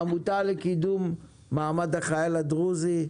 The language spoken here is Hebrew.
העמותה לקידום מעמד החייל הדרוזי,